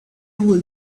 will